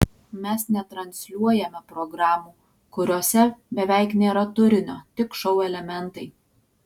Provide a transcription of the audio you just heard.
mes netransliuojame programų kuriose beveik nėra turinio tik šou elementai